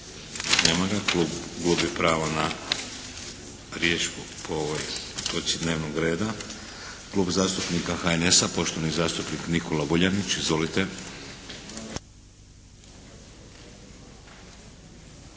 Nema ga. Gubi pravo na riječ po ovoj točci dnevnog reda. Klub zastupnika HNS-a poštovani zastupnik Nikola Vuljanić. Izvolite!